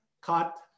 cut